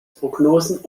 prognosen